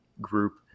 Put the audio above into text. group